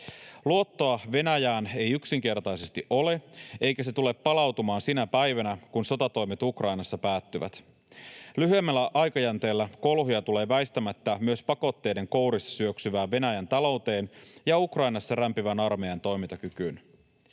Luottoa Venäjään ei yksinkertaisesti ole, eikä se tule palautumaan sinä päivänä, kun sotatoimet Ukrainassa päättyvät. Lyhyemmällä aikajänteellä kolhuja tulee väistämättä myös pakotteiden kourissa syöksyvään Venäjän talouteen ja Ukrainassa rämpivän armeijan toimintakykyyn.